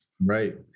Right